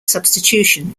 substitution